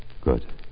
Good